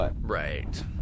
Right